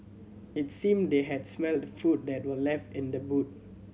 it seemed they had smelt the food that were left in the boot